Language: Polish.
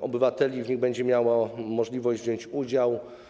obywateli będzie miało możliwość wziąć w nich udział.